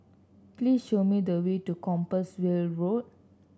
please show me the way to Compassvale Road